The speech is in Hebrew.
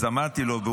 אז אמרתי לו,